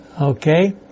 Okay